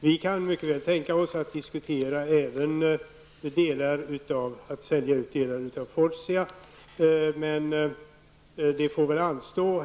Vi kan mycket väl tänka oss att diskutera även att sälja ut delar av Fortia, men det får väl anstå.